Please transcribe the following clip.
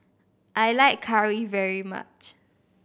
I like curry very much